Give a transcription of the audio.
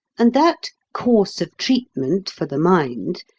and that course of treatment for the mind,